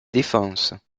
défense